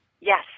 Yes